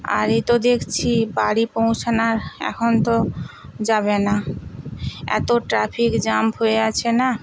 আর এ তো দেখছি বাড়ি পৌঁছানার এখন তো যাবে না এত ট্রাফিক জ্যাম হয়ে আছে না